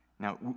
Now